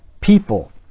people